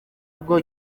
ubwo